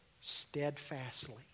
steadfastly